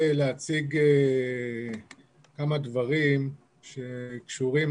להציג כמה דברים שקשורים